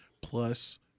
plus